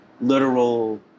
literal